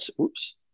oops –